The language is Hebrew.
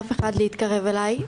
להתקרב אלי,